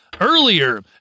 Earlier